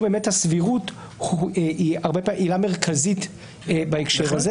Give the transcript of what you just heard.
באמת הסבירות היא עילה מרכזית בהקשר הזה.